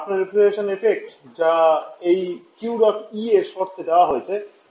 আপনার refrigeration effect যা এই কিউ ডট ই এর শর্তে দেওয়া হয়েছে